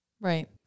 Right